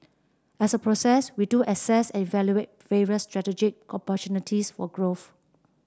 as a process we do assess evaluate strategic for growth